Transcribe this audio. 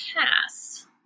pass